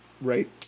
right